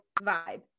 vibe